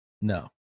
No